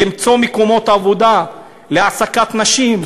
למצוא מקומות עבודה להעסקת נשים,